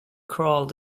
crawled